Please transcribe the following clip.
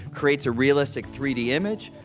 creates a realistic three d image.